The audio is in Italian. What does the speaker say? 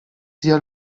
zia